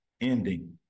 ending